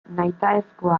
nahitaezkoa